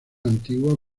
antiguas